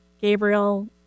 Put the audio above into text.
Gabriel